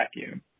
vacuum